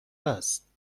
است